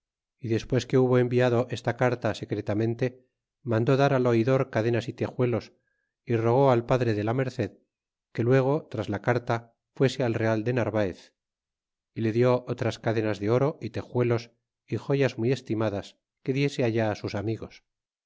y despues que hubo enviado esta carta secretamente mandó dar al oidor cadenas y tejuelos y rogó al padre de la merced que luego tras la carta fuese al real de narvaez y le dió otras cadenas de oro y tejuelos y joyas muy estimadas que diese allá á sus amigos